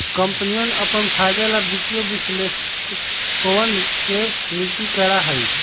कम्पनियन अपन फायदे ला वित्तीय विश्लेषकवन के नियुक्ति करा हई